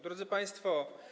Drodzy państwo.